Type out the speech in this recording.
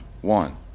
One